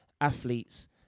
athletes